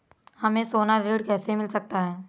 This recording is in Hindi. हमें सोना ऋण कैसे मिल सकता है?